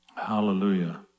hallelujah